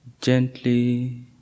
gently